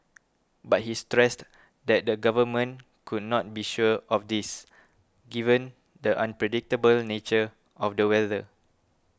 but he stressed that the Government could not be sure of this given the unpredictable nature of the weather